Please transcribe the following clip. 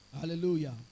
Hallelujah